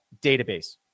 database